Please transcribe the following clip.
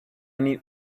need